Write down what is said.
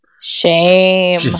Shame